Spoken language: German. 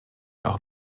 auch